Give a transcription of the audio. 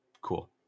Cool